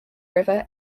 river